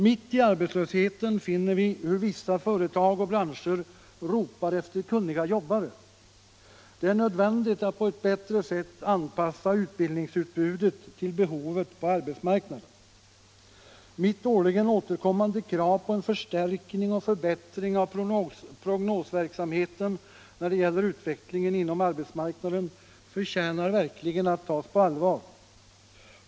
Mitt i arbetslösheten finner vi hur vissa företag och branscher ropar efter kunniga jobbare. Det är nödvändigt att på ett bättre sätt anpassa utbildningsutbudet till behovet på arbetsmarknaden. Mitt årligen återkommande krav på en förstärkning och förbättring av prognosverksamheten när det gäller utvecklingen inom arbetsmarknaden förtjänar verkligen att tas på allvar.